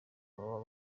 baba